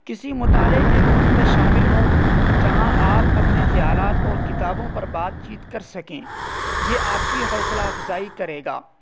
کسی مطالعے کے گروپ میں شامل ہوں جہاں آپ اپنے خیالات اور کتابوں پر بات چیت کر سکیں یہ آپ کی حوصلہ افزائی کرے گا